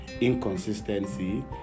inconsistency